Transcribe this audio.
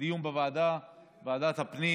דיון בוועדה, ועדת הפנים